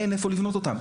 אין איפה לבנות אותם,